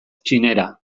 txinera